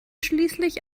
schließlich